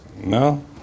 No